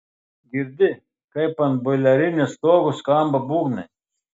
girdi kaip ant boilerinės stogo skamba būgnai